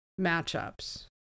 matchups